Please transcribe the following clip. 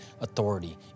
authority